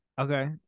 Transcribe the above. Okay